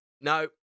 no